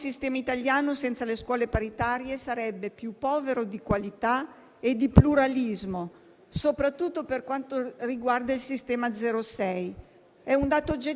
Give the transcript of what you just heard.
Se è evidente che la scuola paritaria è fondamentale nel nostro sistema di istruzione, abbiamo certamente la necessità di affermare sempre di più il principio di qualità,